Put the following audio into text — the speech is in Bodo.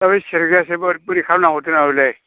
दा बै सेरग्रायासो बोरैबा खालामना हरदों नामा बिलाय